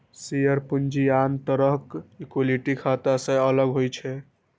share पूंजी आन तरहक इक्विटी खाता सं अलग होइ छै